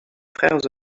frères